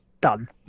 done